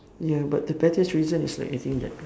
ya but the pettiest reason is like I think that